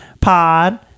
pod